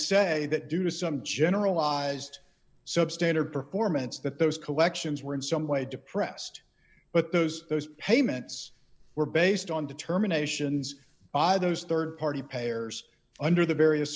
say that due to some generalized substandard performance that those collections were in some way depressed but those those payments were based on determinations ah those rd party payers under the various